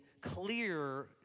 clear